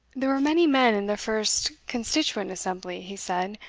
there were many men in the first constituent assembly, he said,